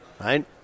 right